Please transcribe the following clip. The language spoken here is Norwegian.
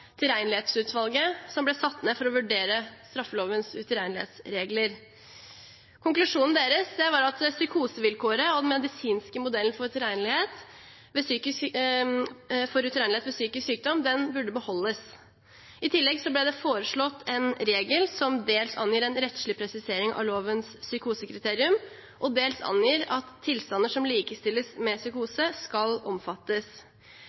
tilregnelighetsutvalget, som ble satt ned for å vurdere straffelovens utilregnelighetsregler. Konklusjonen deres var at psykosevilkåret og den medisinske modellen for utilregnelighet ved psykisk sykdom burde beholdes. I tillegg ble det foreslått en regel som dels angir en rettslig presisering av lovens psykosekriterium, og dels angir at tilstander som likestilles med psykose, skal omfattes.